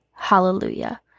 Hallelujah